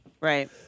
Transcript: Right